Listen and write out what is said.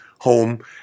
home